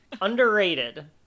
Underrated